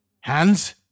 Hands